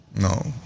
no